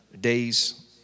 days